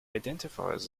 identifies